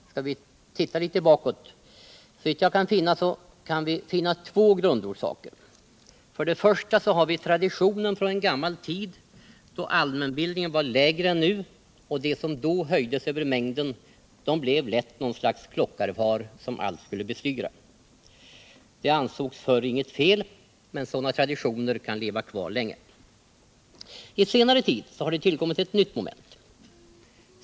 Låt oss se litet tillbaka i tiden? Såvitt jag kan finna är det två grundorsaker. Först och främst har vi traditionen från en gammal tid, då allmänbildningen var lägre än nu och de som då höjde sig över mängden lätt blev något slags klockarfar som allt skulle bestyra. Det ansågs förr inte vara något fel. Sådana traditioner kan leva kvar länge. I senare tid har det tillkommit ett nytt moment.